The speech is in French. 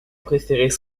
préférait